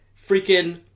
Freaking